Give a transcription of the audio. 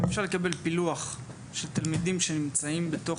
אפשר לקבל פילוח של תלמידים שנמצאים בתוך